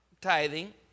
tithing